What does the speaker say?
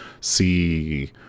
see